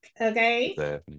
okay